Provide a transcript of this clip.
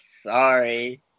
Sorry